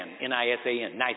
N-I-S-A-N